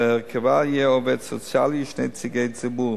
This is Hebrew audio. והרכבה יהיה עובד סוציאלי ושני נציגי ציבור.